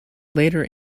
later